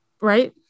right